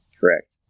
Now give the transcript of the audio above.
correct